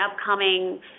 upcoming